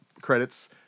credits